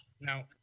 now